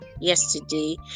yesterday